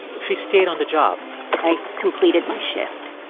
she stayed on the job i completed my shift,